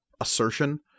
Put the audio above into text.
assertion